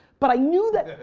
but i knew that,